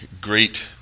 great